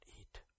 eat